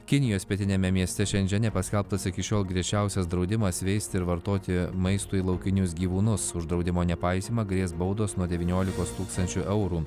kinijos pietiniame mieste šenžene paskelbtas iki šiol griežčiausias draudimas veisti ir vartoti maistui laukinius gyvūnus už draudimo nepaisymą grės baudos nuo devyniolikos tūkstančių eurų